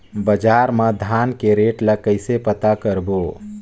बजार मा धान के रेट ला कइसे पता करबो?